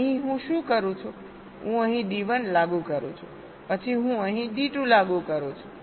અહીં હું શું કરું છું હું અહીં D1 લાગુ કરું છું પછી હું અહીં D2 લાગુ કરું છું